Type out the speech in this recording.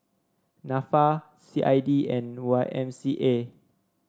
NAFA C I D and Y M C A